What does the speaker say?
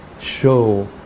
show